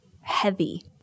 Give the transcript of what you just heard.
heavy